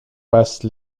passe